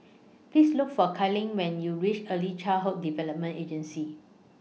Please Look For Kadyn when YOU REACH Early Childhood Development Agency